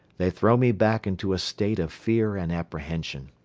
they throw me back into a state of fear and apprehension.